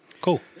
Cool